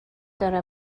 داره